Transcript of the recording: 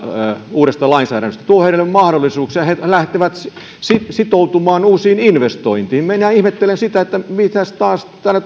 uudesta lainsäädännöstä se tuo heille mahdollisuuksia he lähtevät sitoutumaan uusiin investointeihin minä ihmettelen sitä mitä negatiivista täällä